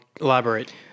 elaborate